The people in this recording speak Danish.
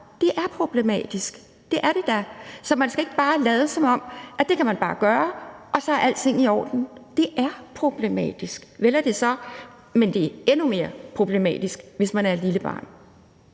det er problematisk. Det er det da, så man skal ikke lade, som om det bare kan gøres, og at alting så er i orden. For det er problematisk, vel er det så, men det er endnu mere problematisk, hvis man er et lille barn.